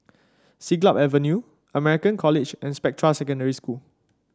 Siglap Avenue American College and Spectra Secondary School